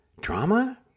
Drama